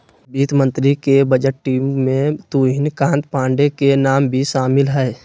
वित्त मंत्री के बजट टीम में तुहिन कांत पांडे के नाम भी शामिल हइ